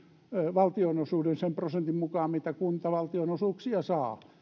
valtionosuuden sen prosentin mukaan mitä kunta valtionosuuksia saa